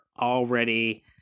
already